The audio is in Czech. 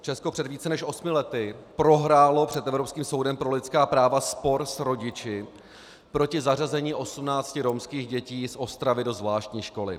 Česko před více než osmi lety prohrálo před Evropským soudem pro lidská práva spor s rodiči proti zařazení osmnácti romských dětí z Ostravy do zvláštní školy.